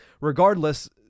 regardless